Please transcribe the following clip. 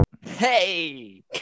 Hey